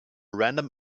random